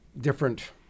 different